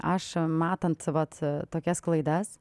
aš matant vat tokias klaidas